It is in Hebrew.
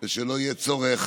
ושלא יהיה צורך